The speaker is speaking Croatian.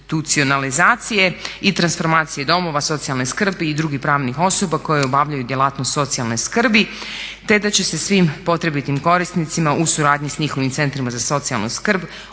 deinstitucionalizacija i transformacije domova socijalne skrbi i drugih pravnih osoba koje obavljaju djelatnost socijalne skrbi te da će se svim potrebitim korisnicima u suradnji sa njihovim Centrima za socijalnu skrb